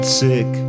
sick